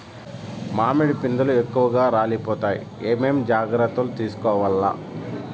మామిడి పిందెలు ఎక్కువగా రాలిపోతాయి ఏమేం జాగ్రత్తలు తీసుకోవల్ల?